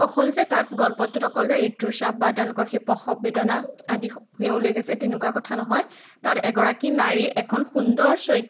অকল যে তাত গল্পটোত অকল যে ঋতুস্ৰাৱ বা তেওঁলোকৰ সেই প্ৰসৱবেদনা আদি সেই উল্লেখ আছে তেনেকুৱা কথা নহয় তাত এগৰাকী নাৰীৰ এখন সুন্দৰ চৰিত্ৰ